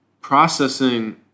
processing